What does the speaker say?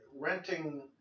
renting